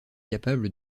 capable